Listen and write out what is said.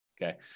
Okay